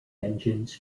engines